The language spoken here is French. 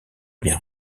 bien